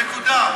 נקודה.